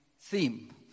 theme